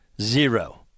Zero